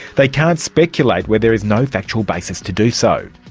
they can't speculate where there is no factual basis to do so.